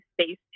space